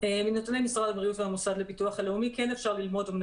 מנתוני משרד הבריאות והמוסד לביטוח הלאומי כן אפשר ללמוד על